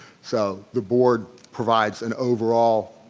so the board provides an overall